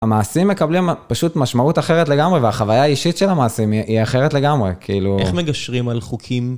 המעשים מקבלים פשוט משמעות אחרת לגמרי, והחוויה האישית של המעשים היא אחרת לגמרי, כאילו. -איך מגשרים על חוקים?